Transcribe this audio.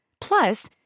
Plus